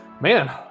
man